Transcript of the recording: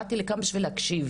באתי לכאן בשביל להקשיב.